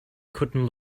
couldn’t